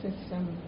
system